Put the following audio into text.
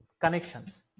connections